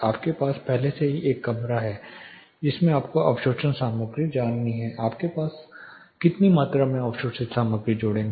आपके पास पहले से ही एक कमरा है जिसमें आपको अवशोषण सामग्री डालनी है आप कितनी मात्रा में अवशोषित सामग्री जोड़ेंगे